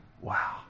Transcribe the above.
Wow